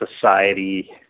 society